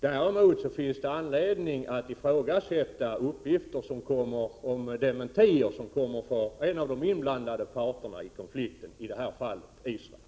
Däremot finns det skäl att ifrågasätta dementier från en av de inblandade parterna i konflikten, i detta fall Israel.